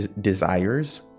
desires